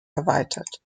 erweitert